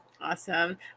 Awesome